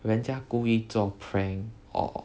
人家故意做 prank or